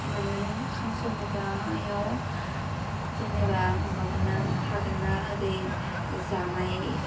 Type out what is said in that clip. माने ओंखाम संग्रायाव जेनेबा माबागोनना थागोन ना ओरै जानाय